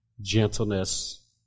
gentleness